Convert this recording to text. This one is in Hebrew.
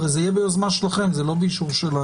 הרי זה יהיה ביוזמה שלכם, זה לא באישור שלנו.